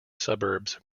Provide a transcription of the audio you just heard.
suburbs